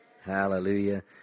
Hallelujah